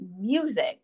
music